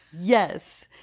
Yes